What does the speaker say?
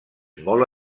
molt